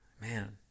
Man